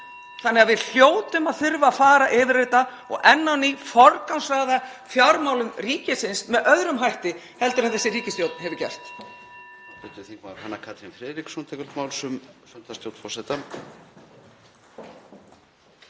saga. Við hljótum að þurfa að fara yfir þetta og enn á ný að forgangsraða fjármálum ríkisins með öðrum hætti en þessi ríkisstjórn hefur gert.